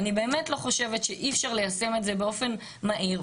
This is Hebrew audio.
אני באמת לא חושבת שאי אפשר ליישם את זה באופן מהיר.